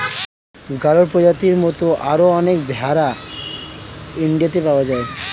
গাড়ল প্রজাতির মত আরো অনেক ভেড়া ইন্ডিয়াতে পাওয়া যায়